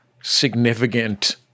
significant